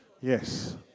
Yes